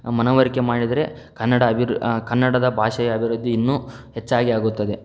ಮನವರಿಕೆ ಮಾಡಿದರೆ ಕನ್ನಡ ಅಬಿರು ಕನ್ನಡದ ಭಾಷೆಯ ಅಭಿವೃದ್ಧಿ ಇನ್ನು ಹೆಚ್ಚಾಗಿ ಆಗುತ್ತದೆ